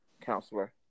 counselor